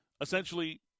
Essentially